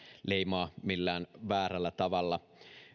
leimaa millään väärällä tavalla